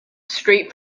straight